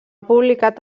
publicat